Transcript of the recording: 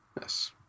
Yes